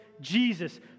Jesus